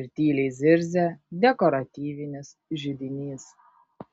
ir tyliai zirzia dekoratyvinis židinys